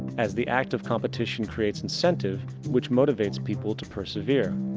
as the act of competition creates incentive, which motivates people to persevere.